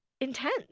intense